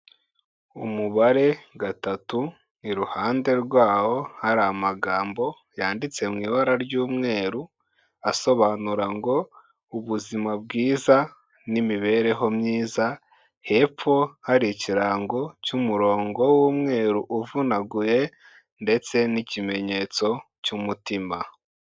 Umubare gatatu, iruhande rwawo hari amagambo yanditse mu ibara ry'umweru asobanura ngo ubuzima bwiza n'imibereho myiza, hepfo hari ikirango cy'umurongo w'umweru uvunaguye ndetse n'ikimenyetso cy'umutima.